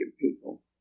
people